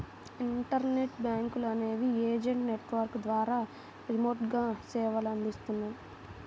internet బ్యాంకులు అనేవి agent network ద్వారా రిమోట్గా సేవలనందిస్తాయి